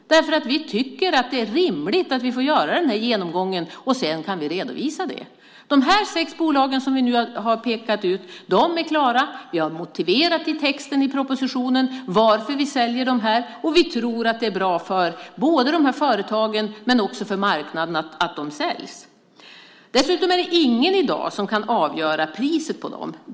Vi tycker att det är rimligt att vi först får göra en genomgång. Sedan kan vi ge en redovisning. De sex bolag som vi nu har pekat ut är klara. Vi har motiverat i texten i propositionen varför vi säljer dem. Vi tror att det är bra både för företagen och för marknaden att de säljs. Dessutom är det så att ingen i dag kan avgöra priset på företagen.